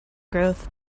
growth